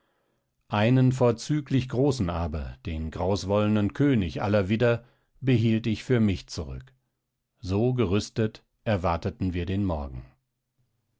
einen vorzüglich großen aber den krauswolligen könig aller widder behielt ich für mich zurück so gerüstet erwarteten wir den morgen